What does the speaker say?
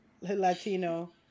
Latino